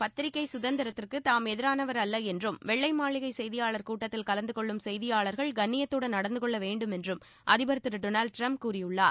பத்திரிகை சுதந்திரத்திற்கு தாம் எதிரானவர் அல்ல என்றும் வெள்ளை மாளிகை செய்தியாளர் கூட்டத்தில் கலந்து கொள்ளும் செய்தியாளர்கள் கண்ணியத்துடன் நடந்து கொள்ள வேண்டும் என்றும் அதிபர் திரு டொனால்டு ட்ரம்ப் கூறியுள்ளார்